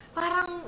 parang